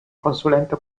consulente